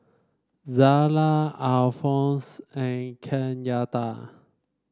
Zella Alphonse and Kenyatta